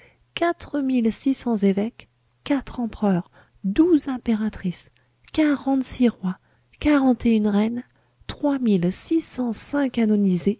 cents évêques quatre empereurs douze impératrices quarante-six rois quarante et une reines